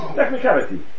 technicality